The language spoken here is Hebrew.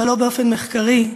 ולא באופן מחקרי,